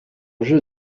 jeu